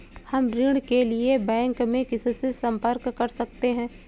हम ऋण के लिए बैंक में किससे संपर्क कर सकते हैं?